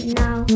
now